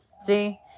See